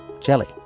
jelly